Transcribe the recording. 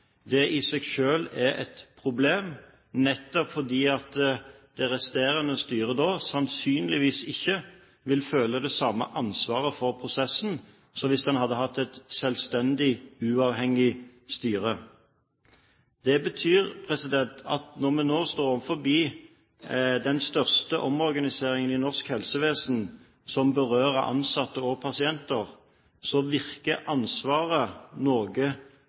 Det i seg selv er et problem nettopp fordi det resterende styret da sannsynligvis ikke vil føle det samme ansvaret for prosessen som hvis en hadde hatt et selvstendig, uavhengig styre. Det betyr at når vi nå står overfor den største omorganiseringen i norsk helsevesen som berører ansatte og pasienter, så virker ansvaret noe